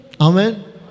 Amen